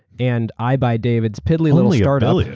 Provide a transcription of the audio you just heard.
and i buy david's piddly little startup.